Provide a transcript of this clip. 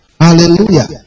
Hallelujah